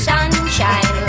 Sunshine